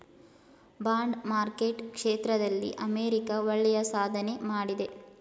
bond market ಕ್ಷೇತ್ರದಲ್ಲಿ America ಒಳ್ಳೆಯ ಸಾಧನೆ ಮಾಡಿದೆ